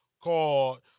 called